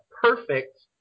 perfect